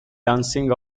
dancing